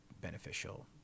beneficial